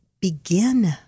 begin